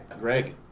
Greg